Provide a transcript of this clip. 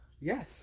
Yes